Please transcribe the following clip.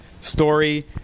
story